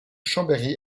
chambéry